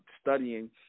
studying